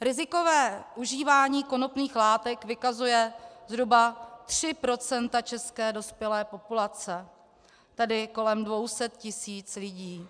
Rizikové užívání konopných látek vykazují zhruba tři procenta české dospělé populace, tedy kolem 200 tisíc lidí.